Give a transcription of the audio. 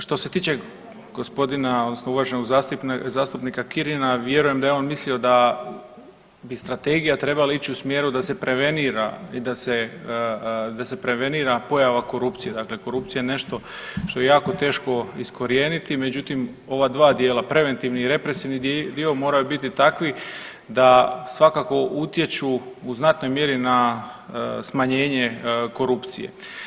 Što se tiče gospodina, odnosno uvaženog zastupnika Kirina, vjerujem da je on mislio da i Strategija je trebala ići u smjeru da se prevenira i da se prevenira pojava korupcije, dakle korupcija je nešto što je jako teško iskorijeniti, međutim, ova dva dijela, preventivni i represivni dio moraju biti takvi da svakako utječu u znatnoj mjeri na smanjenje korupcije.